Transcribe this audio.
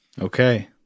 Okay